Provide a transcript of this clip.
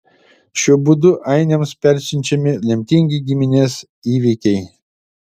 šiuo būdu ainiams persiunčiami lemtingi giminės įvykiai